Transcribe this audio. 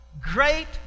great